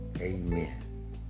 amen